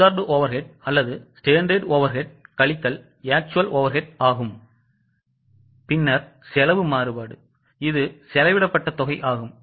இது absorbed overhead அல்லது standard overhead கழித்தல் actual overhead ஆகும் பின்னர் செலவு மாறுபாடு இது செலவிடப்பட்ட தொகை ஆகும்